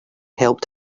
helped